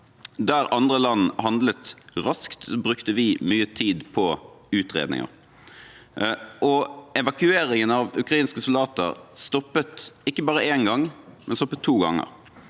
Der andre land handlet raskt, brukte vi mye tid på utredninger. Evakueringen av ukrainske soldater stoppet ikke bare én gang, men to ganger.